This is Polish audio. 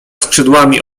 skrzydłami